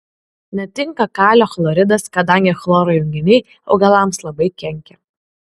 netinka kalio chloridas kadangi chloro junginiai augalams labai kenkia